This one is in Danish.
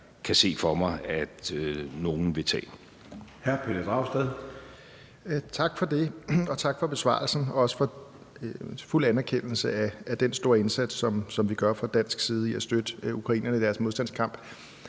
kan se for mig at nogen vil tage.